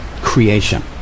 creation